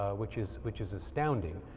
which is which is astounding.